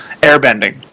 airbending